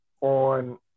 on